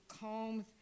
combs